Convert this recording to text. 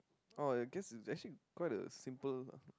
oh I guess it's actually a quite a simple